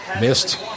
Missed